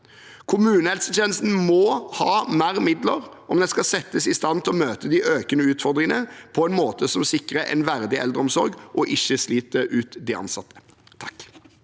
Kommunehelsetjenesten må ha mer midler om den skal settes i stand til å møte de økende utfordringene på en måte som sikrer en verdig eldreomsorg og ikke sliter ut de ansatte. Olaug